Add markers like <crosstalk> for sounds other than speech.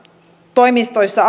toimistoissa <unintelligible>